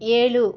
ஏழு